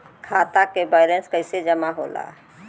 खाता के वैंलेस कइसे जमा होला?